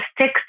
stick